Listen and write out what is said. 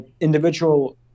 Individual